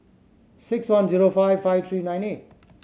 six one zero five five three nine eight